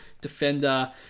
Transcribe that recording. defender